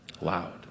loud